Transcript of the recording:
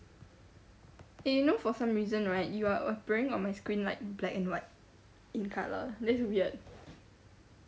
eh you know for some reason right you are appearing on my screen like black and white in colour that's weird